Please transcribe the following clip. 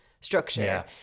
structure